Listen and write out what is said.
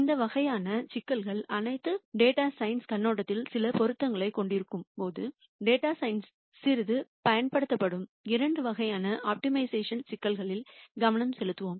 இந்த வகையான சிக்கல்கள் அனைத்தும் டேட்டா சயின்ஸ் கண்ணோட்டத்தில் சில பொருத்தங்களைக் கொண்டிருக்கும்போது டேட்டா சயின்ஸ்ல் சிறிது பயன்படுத்தப்படும் இரண்டு வகையான ஆப்டிமைசேஷன் சிக்கல்களில் கவனம் செலுத்துவோம்